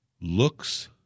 looks